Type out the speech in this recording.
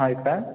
हो का